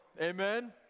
Amen